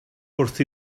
wrth